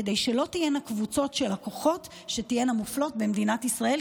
כדי שלא תהיינה קבוצות של לקוחות שתהיינה מופלות במדינת ישראל,